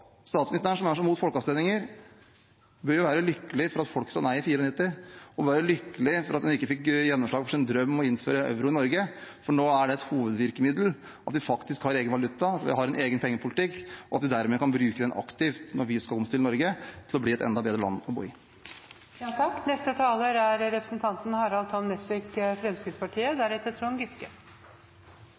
være lykkelig for at hun ikke fikk gjennomslag for sin drøm om å innføre euro i Norge, for nå er det et hovedvirkemiddel at vi faktisk har egen valuta, at vi har en egen pengepolitikk, og at vi dermed kan bruke den aktivt når vi skal omstille Norge til å bli et enda bedre land å bo i. Jeg kan forsikre representanten Slagsvold Vedum om at jeg er ikke tom